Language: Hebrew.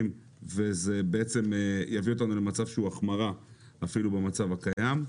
וזה יביא אותנו למצב שהוא החמרה אפילו מהמצב הקיים.